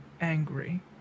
angry